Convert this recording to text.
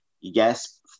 Yes